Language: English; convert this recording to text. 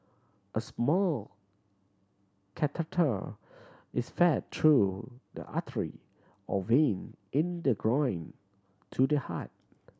a small catheter is fed through the artery or vein in the groin to the heart